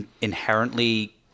inherently